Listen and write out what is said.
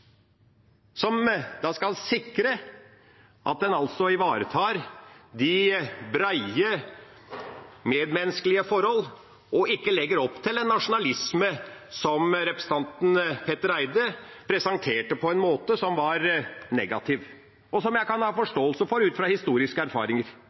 skal sikre at en ivaretar de brede, medmenneskelige forholdene, og som ikke legger opp til en nasjonalisme som representanten Petter Eide presenterte på en negativ måte, noe som jeg kan ha